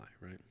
right